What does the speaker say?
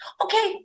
okay